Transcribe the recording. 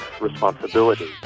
responsibility